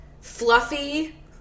Fluffy